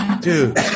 Dude